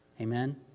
Amen